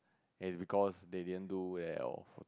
is because they didn't do well